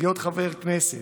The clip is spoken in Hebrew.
חבר בכנסת.